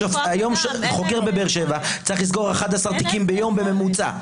היום חוקר בבאר שבע צריך לסגור 11 תיקים ביום בממוצע.